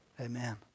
Amen